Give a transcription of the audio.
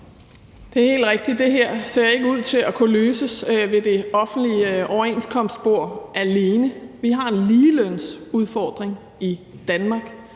Det er helt rigtigt, at det her ikke ser ud til at kunne løses ved det offentliges overenskomstbord alene. Vi har en ligelønsudfordring i Danmark.